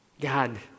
God